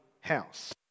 house